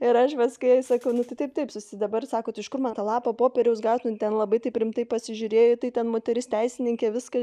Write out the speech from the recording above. ir aš paskui jai sakau nu taip taip dabar sako iš kur man tą lapą popieriaus gaut nu ten labai taip rimtai pasižiūrėjo į tai ten moteris teisininkė viskas